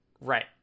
Right